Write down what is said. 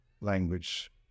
language